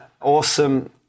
awesome